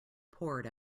poured